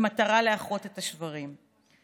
במטרה לאחות את השברים.